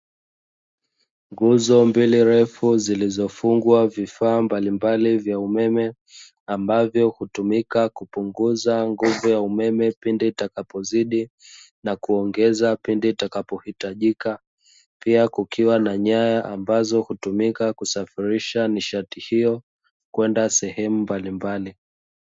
Nguzo mbili refu zilizofungwa vifaa mbalimbali vya umeme ambavyo hutumika kupunguza nguvu ya umeme pindi itakapozidi, na kuongeza pindi itakapohitajika. Pia kukiwa na nyaya ambazo hutumika kusafirisha nishati hiyo, kwenda sehemu mbalimbali.